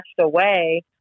away